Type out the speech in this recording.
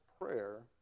prayer